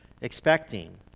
expecting